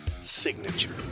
signature